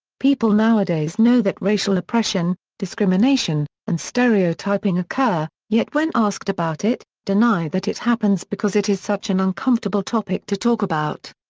people nowadays know that racial oppression, discrimination, and stereotyping occur, yet when asked about it, deny that it happens because it is such an uncomfortable topic to talk about.